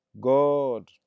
God